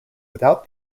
without